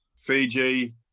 Fiji